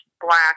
black